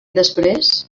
després